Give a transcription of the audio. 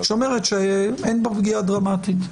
שאומרת שאין פה פגיעה דרמטית,